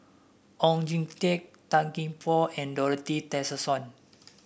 Oon Jin Teik Tan Gee Paw and Dorothy Tessensohn